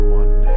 one